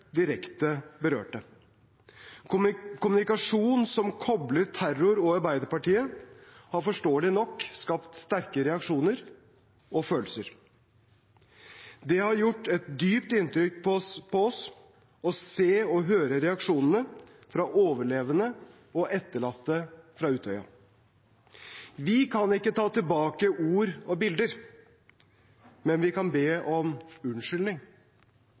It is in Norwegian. direkte berørte. Kommunikasjon som kobler terror og Arbeiderpartiet, har forståelig nok skapt sterke reaksjoner og følelser. Det har gjort et dypt inntrykk på oss å se og høre reaksjonene fra overlevende og etterlatte fra Utøya. Vi kan ikke ta tilbake ord og bilder, men vi kan be om unnskyldning.